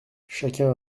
chacun